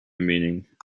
meaning